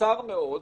קצר מאוד,